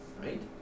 Right